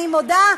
אני מודה,